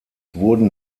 wurden